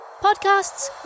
podcasts